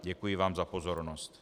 Děkuji vám za pozornost.